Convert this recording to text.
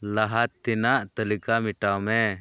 ᱞᱟᱦᱟ ᱛᱮᱱᱟᱜ ᱛᱟᱹᱞᱤᱠᱟ ᱢᱮᱴᱟᱣ ᱢᱮ